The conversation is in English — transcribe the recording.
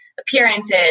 appearances